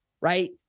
right